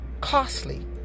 costly